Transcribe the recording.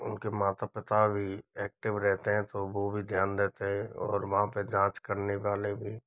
उनके माता पिता भी ऐक्टिव रहते हैं तो वो भी ध्यान देते हैं और वहाँ पे जाँच करने वाले भी